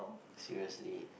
seriously